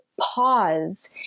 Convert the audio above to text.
pause